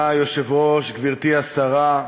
אדוני היושב-ראש, גברתי השרה,